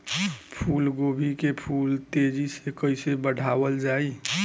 फूल गोभी के फूल तेजी से कइसे बढ़ावल जाई?